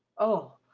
oh!